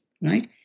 right